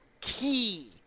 key